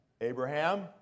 Abraham